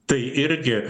tai irgi